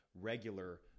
regular